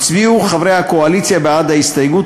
הצביעו חברי הקואליציה בעד ההסתייגות,